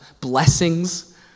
blessings